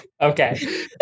Okay